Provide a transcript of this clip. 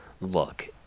look